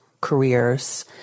careers